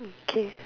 okay